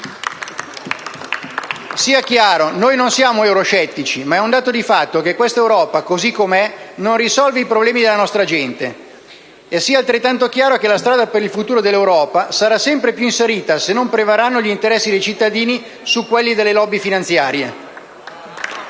Sia chiaro, noi non siamo euroscettici, ma è un dato di fatto che questa Europa, così com'è, non risolve i problemi della nostra gente. Sia altrettanto chiaro che la strada per il futuro dell'Europa sarà sempre più in salita se non prevarranno gli interessi dei cittadini su quelli delle *lobby* finanziarie.